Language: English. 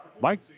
Mike